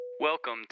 Welcome